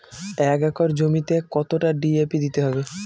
এক একর জমিতে কতটা ডি.এ.পি দিতে হবে?